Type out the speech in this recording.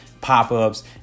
pop-ups